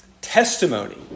testimony